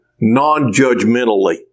non-judgmentally